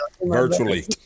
virtually